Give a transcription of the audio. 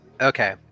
Okay